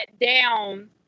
down